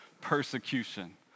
persecution